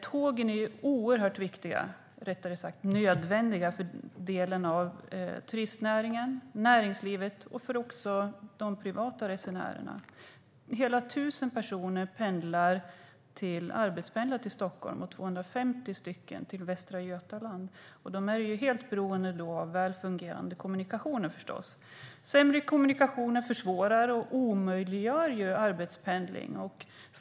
Tågen är nödvändiga för turistnäringen, för näringslivet och för de privata resenärerna. Hela 1 000 personer arbetspendlar till Stockholm, och 250 till Västra Götaland. De är förstås helt beroende av välfungerande kommunikationer. Sämre kommunikationer försvårar och omöjliggör arbetspendling.